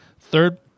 third